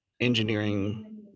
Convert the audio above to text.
engineering